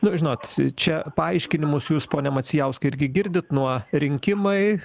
na žinot čia paaiškinimus jūs pone macijauskai irgi girdit nuo rinkimai